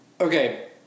okay